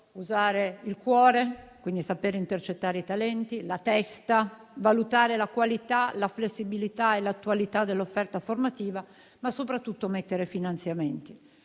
usare il cuore (quindi di saper intercettare i talenti), la testa, di valutare la qualità, la flessibilità e l'attualità dell'offerta formativa, ma soprattutto di prevedere finanziamenti.